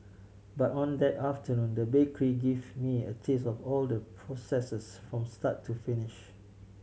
but on that afternoon the bakery gave me a taste of all the processes from start to finish